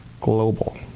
Global